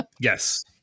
Yes